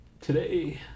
Today